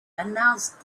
announced